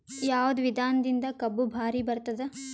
ಯಾವದ ವಿಧಾನದಿಂದ ಕಬ್ಬು ಭಾರಿ ಬರತ್ತಾದ?